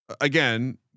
Again